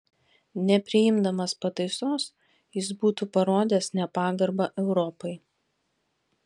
nepriimdamas pataisos jis būtų parodęs nepagarbą europai